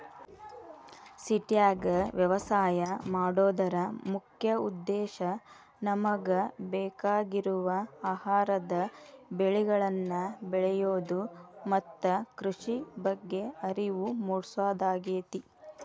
ಸಿಟ್ಯಾಗ ವ್ಯವಸಾಯ ಮಾಡೋದರ ಮುಖ್ಯ ಉದ್ದೇಶ ನಮಗ ಬೇಕಾಗಿರುವ ಆಹಾರದ ಬೆಳಿಗಳನ್ನ ಬೆಳಿಯೋದು ಮತ್ತ ಕೃಷಿ ಬಗ್ಗೆ ಅರಿವು ಮೂಡ್ಸೋದಾಗೇತಿ